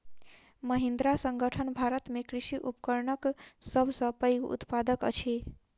महिंद्रा संगठन भारत में कृषि उपकरणक सब सॅ पैघ उत्पादक अछि